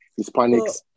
hispanics